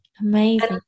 Amazing